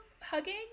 hugging